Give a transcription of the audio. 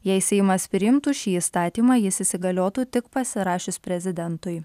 jei seimas priimtų šį įstatymą jis įsigaliotų tik pasirašius prezidentui